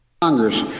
Congress